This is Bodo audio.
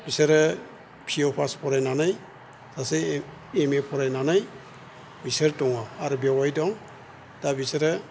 बिसोरो पिअ फास फरायनानै सासे एमए फरायनानै बिसोर दङ आरो बेवाइ दं दा बिसोरो